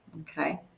Okay